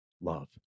love